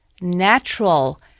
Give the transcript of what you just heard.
natural